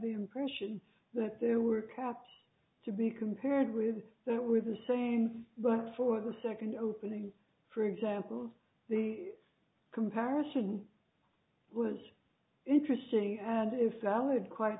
the impression that there were caps to be compared with that were the same but for the second openings for examples the comparison was interesting and if salad quite